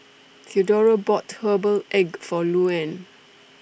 Theodora bought Herbal Egg For Luann